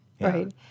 right